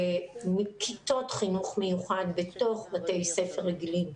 מכיתות חינוך מיוחד בתוך בתי ספר רגילים,